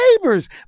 neighbors